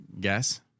guess